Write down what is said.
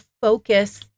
focus